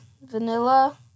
vanilla